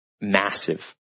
massive